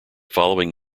following